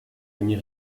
amis